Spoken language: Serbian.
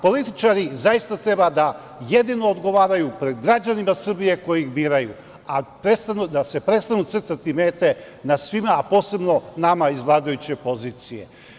Političari zaista treba da jedino odgovaraju pred građanima Srbije koji ih biraju, a da se prestanu crtati mete na svima, a posebno nama iz vladajuće pozicije.